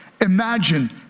Imagine